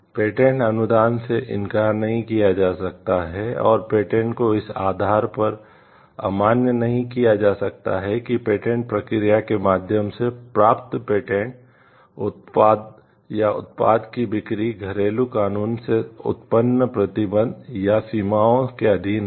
patent अनुदान से इनकार नहीं किया जा सकता है और पेटेंट को इस आधार पर अमान्य नहीं किया जा सकता है कि पेटेंट प्रक्रिया के माध्यम से प्राप्त पेटेंट उत्पाद या उत्पाद की बिक्री घरेलू कानून से उत्पन्न प्रतिबंध या सीमाओं के अधीन है